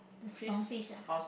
the Song Fish ah